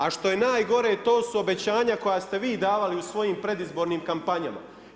A što je najgore, to su obećanja koja ste vi davali u svojim predizbornim kampanjama.